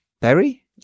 berry